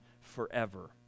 forever